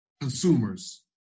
consumers